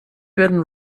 werden